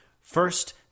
First